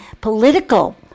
political